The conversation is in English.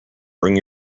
bring